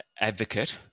advocate